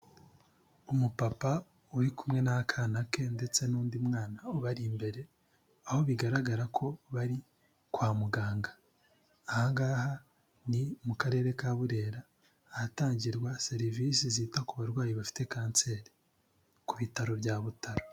Umupapa uri kumwe n'akana ke ndetse n'undi mwana ubari imbere, aho bigaragara ko bari kwa muganga, aha ngaha ni mu karere ka Burera, ahatangirwa serivisi zita ku barwayi bafite kanseri, ku bitaro bya Butaro.